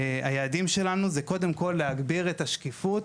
היעדים שלנו זה קודם כל להגביר את השקיפות,